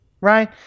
right